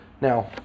Now